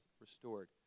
restored